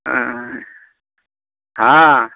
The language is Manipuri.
ꯑꯥ ꯍꯥ